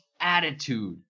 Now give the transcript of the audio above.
attitude